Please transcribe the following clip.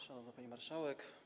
Szanowna Pani Marszałek!